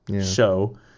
show